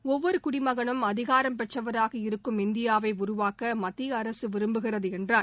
ஒவ்வொரு குடிமகலும் அதிகாரம் பெற்றவராக இருக்கும் இந்தியாவை உருவாக்க மத்திய அரசு விரும்புகிறது என்றார்